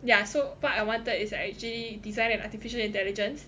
yeah so what I wanted is actually design and artificial intelligence